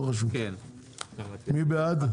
מי בעד?